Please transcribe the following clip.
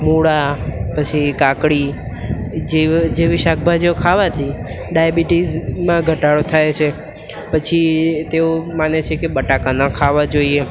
મૂળા પછી કાકડી જેવી શાકભાજીઓ ખાવાથી ડાયાબિટીસમાં ઘટાડો થાય છે પછી તેઓ માને છે કે બટાકા ન ખાવાં જોઈએ